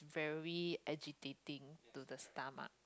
very agitating to the stomach